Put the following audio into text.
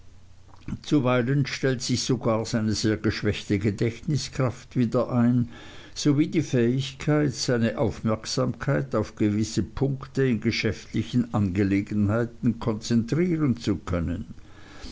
zuweilen stellt sich sogar seine sehr geschwächte gedächtniskraft wieder ein sowie die fähigkeit seine aufmerksamkeit auf gewisse punkte in geschäftlichen angelegenheiten konzentrieren zu können